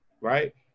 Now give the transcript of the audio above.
right